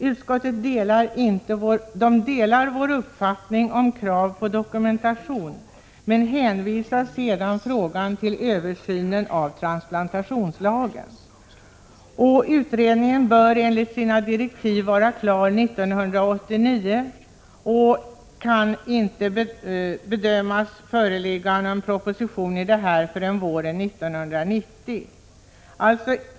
Utskottet delar vår uppfattning om krav på dokumentation men hänvisar sedan frågan till översynen av transplantationslagen. Den utredningen bör enligt sina direktiv vara klar 1989, och det kan inte bedömas föreligga någon proposition i ärendet förrän våren 1990.